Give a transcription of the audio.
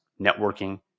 networking